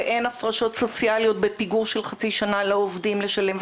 של ה"אין הפרשות סוציאליות בפיגור של חצי שנה לעובדים לשלם",